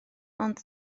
ond